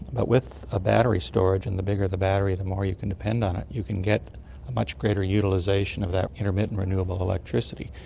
but with a battery storage, and the bigger the battery the more you can depend on it, you can get a much greater utilisation of that intermittent renewable electricity,